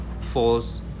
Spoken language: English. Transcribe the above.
false